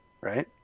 Right